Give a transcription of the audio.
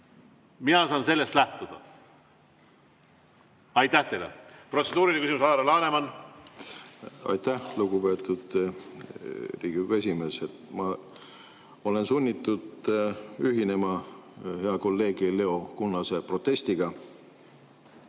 Mina saan sellest lähtuda. Aitäh teile! Protseduuriline küsimus, härra Laneman. Aitäh, lugupeetud Riigikogu esimees! Ma olen sunnitud ühinema hea kolleegi Leo Kunnase protestiga.